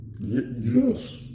Yes